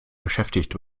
beschäftigt